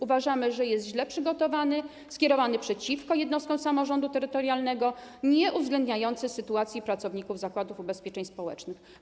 Uważamy, że jest on źle przygotowany, skierowany przeciwko jednostkom samorządu terytorialnego, nie uwzględnia sytuacji pracowników Zakładu Ubezpieczeń Społecznych.